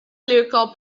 lyrical